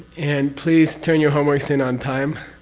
and please turn your homeworks in on time.